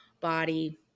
body